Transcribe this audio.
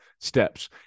steps